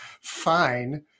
fine